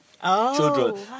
Children